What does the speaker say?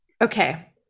okay